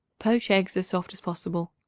poach eggs as soft as possible.